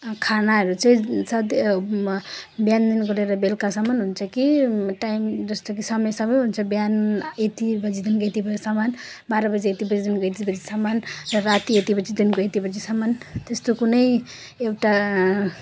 अब खानाहरू चाहिँ साथी बिहानदेखिको लिएर बेलुकासम्म हुन्छ कि टाइम जस्तो कि समय समयमा हुन्छ बिहान यति बजीदेखिको यति बजीसम्म बाह्र बजी यति बजी को यति बजीसम्म राति यति बजीदेखिको यति बजीसम्म त्यस्तो कुनै एउटा